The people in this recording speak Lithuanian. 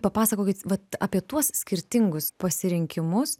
papasakokit vat apie tuos skirtingus pasirinkimus